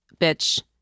bitch